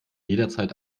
jederzeit